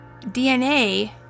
DNA